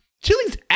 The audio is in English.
Chili's